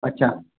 अच्छा